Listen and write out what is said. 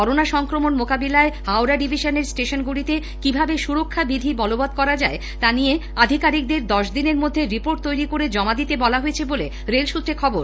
corona সংক্রমণ মোকাবিলায় Howrah division এর স্টেশনগুলোতে কিভাবে সুরক্ষাবিধি বলবৎ করা যায় তা নিয়ে আধিকারিকদের দশ দিনের মধ্যে রিপোর্ট তৈরি করে জমা দিতে বলা হয়েছে বলে রেল সূত্রে খবর